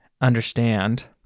understand